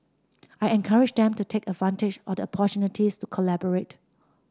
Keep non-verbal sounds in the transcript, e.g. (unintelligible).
I encourage them to take advantage of the (unintelligible) to collaborate